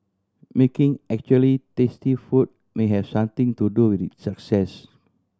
making actually tasty food may have something to do with its success